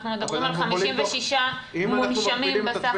אנחנו מדברים על 56 מונשמים בסך הכול.